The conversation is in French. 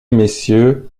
messieurs